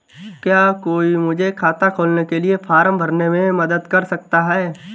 क्या कोई मुझे खाता खोलने के लिए फॉर्म भरने में मदद कर सकता है?